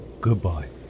Goodbye